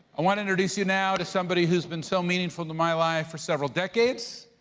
i wanna introduce you now to somebody who's been so meaningful to my life for several decades.